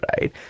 right